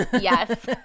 Yes